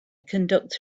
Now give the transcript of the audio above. conduct